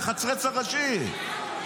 המחצרץ הראשי.